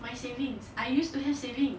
my savings I used to have savings